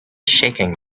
shaking